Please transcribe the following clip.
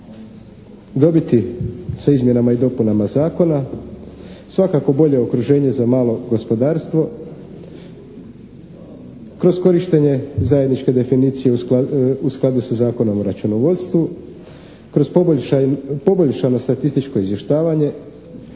dobiti sa izmjenama i dopunama zakona, svakako bolje okruženje za malo gospodarstvo kroz korištenje zajedničke definicije u skladu sa Zakonom o računovodstvu kroz poboljšano statističko izvještavanje,